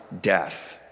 death